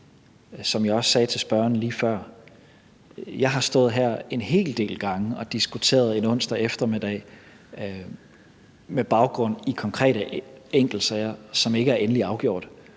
Som jeg også sagde til spørgeren lige før, har jeg stået her en hel del gange og diskuteret en onsdag eftermiddag med baggrund i konkrete enkeltsager, som ikke er endeligt afgjort,